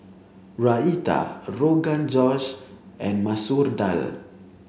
Raita Rogan Josh and Masoor Dal